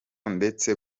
ndetse